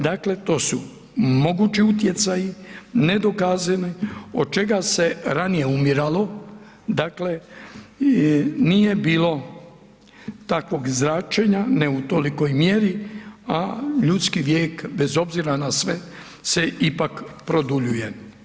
Dakle to su mogući utjecaji, nedokazani od čega se ranije umiralo, dakle nije bilo takvog zračenja, ne u tolikoj mjeri a ljudski vijek bez obzira na sve se ipak produljuje.